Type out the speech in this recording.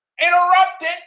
interrupted